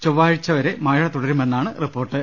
ചൊവ്വാഴ്ചവരെ മഴ തുടരുമെന്നാണ് റിപ്പോർട്ട്